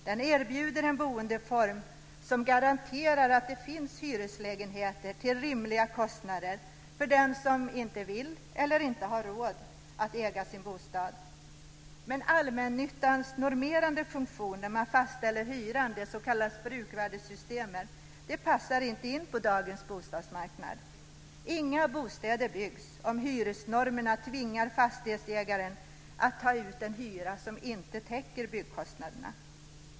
De erbjuder en boendeform som garanterar att det finns hyreslägenheter till rimliga kostnader för den som inte vill eller inte har råd att äga sin bostad. Men allmännyttans normerande funktion när man fastställer hyran - det som kallas bruksvärdessystemet - passar inte in på dagens bostadsmarknad. Inga bostäder byggs om hyresnormerna tvingar fastighetsägaren att ta ut en hyra som inte täcker byggkostnaderna.